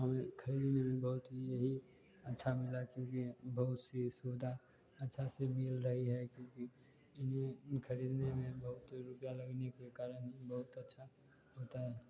और ख़रीदने में बहुत यही अच्छा मिला क्योंकि बहुत सी सुविधा अच्छा से मिल रही है क्योंकि ये ख़रीदने में बहुत रुपये लगने के कारण बहुत अच्छा होता है